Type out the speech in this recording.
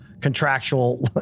contractual